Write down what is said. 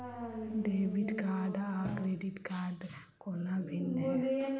Debit card आ credit कोना भिन्न है?